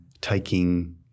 taking